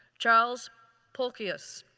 charles polkus.